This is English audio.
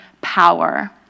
power